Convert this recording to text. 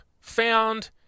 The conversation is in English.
found